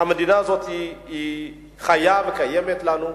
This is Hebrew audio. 62 שנה המדינה הזאת חיה וקיימת לנו,